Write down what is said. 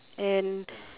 and